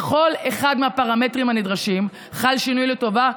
בכל אחד מהפרמטרים הנדרשים חל שינוי לטובה,